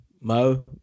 Mo